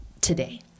today